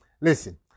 Listen